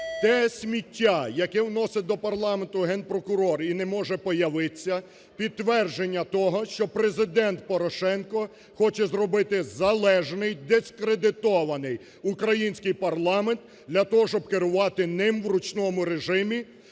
Те сміття, яке вносить до парламенту Генпрокурор і не може появитися підтвердження того, що Президент Порошенко хоче зробити залежний дискредитований український парламент для того, щоб керувати ним в ручному режимі